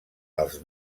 els